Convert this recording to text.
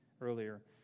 earlier